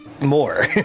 more